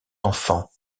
enfant